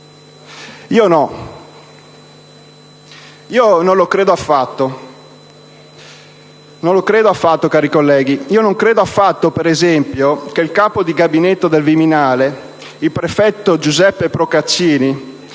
in discussione? Io no, non lo credo affatto. Cari colleghi, non credo affatto, per esempio, che il capo di gabinetto del Viminale, il prefetto Giuseppe Procaccini,